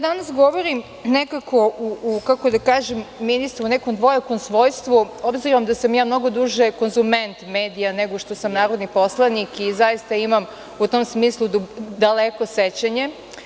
Danas govorim nekako, ministre, u nekom dvojakom svojstvu, obzirom da sam ja mnogo duže konzument medija, nego što sam narodni poslanik i zaista imam u tom smislu daleko sećanje.